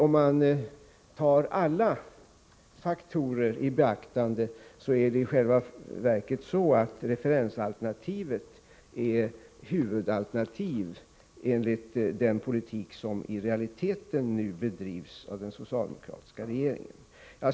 Om man tar alla faktorer i beaktande är referensalternativet i själva verket huvudalternativ enligt den politik som i realiteten nu bedrivs av den socialdemokratiska regeringen.